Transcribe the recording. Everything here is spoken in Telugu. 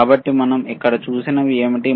కాబట్టి మనం ఇక్కడ చూసినవి ఏమిటి